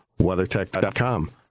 WeatherTech.com